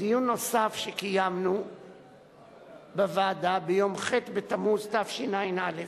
בדיון נוסף שקיימנו בוועדה ביום ח' בתמוז תשע"א,